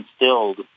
instilled